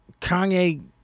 Kanye